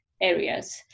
areas